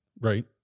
Right